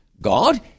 God